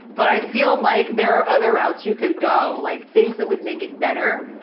but i feel like there are other routes you could go, like things that would make it better.